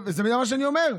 אתה מבין מה שאני אומר?